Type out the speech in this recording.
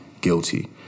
guilty